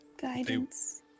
Guidance